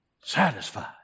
Satisfied